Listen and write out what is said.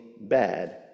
bad